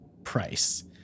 price